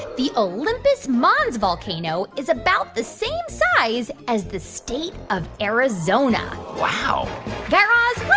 the olympus mons volcano is about the same size as the state of arizona wow guy raz,